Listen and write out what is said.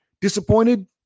disappointed